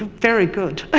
very good,